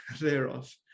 thereof